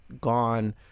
gone